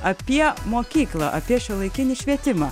apie mokyklą apie šiuolaikinį švietimą